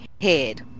head